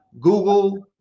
Google